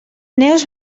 neus